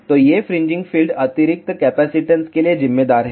तो ये fringing field अतिरिक्त कैपेसिटंस के लिए जिम्मेदार हैं